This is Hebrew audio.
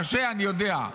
קשה, אני יודע.